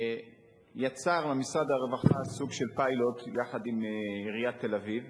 יצר משרד הרווחה סוג של פיילוט יחד עם עיריית תל-אביב,